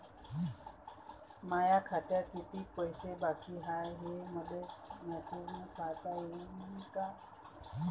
माया खात्यात कितीक पैसे बाकी हाय, हे मले मॅसेजन पायता येईन का?